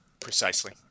Precisely